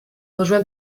rejoint